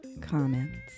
comments